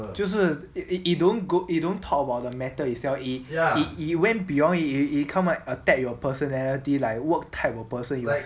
就是 it don't go it don't talk about the matter itself it it went beyond it he come like attack your personality like what type of person you are